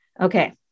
Okay